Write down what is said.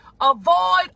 Avoid